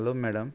hello madam